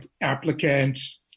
applicants